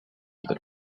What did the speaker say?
del